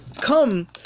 come